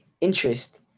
interest